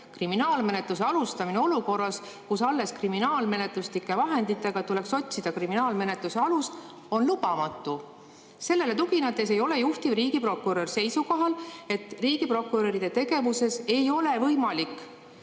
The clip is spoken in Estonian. Kriminaalmenetluse alustamine olukorras, kus kriminaalmenetluslike vahenditega tuleks otsida kriminaalmenetluse alust, on lubamatu. Sellele tuginedes [oli] juhtiv riigiprokurör seisukohal, et riigiprokuröride tegevuses ei ole võimalik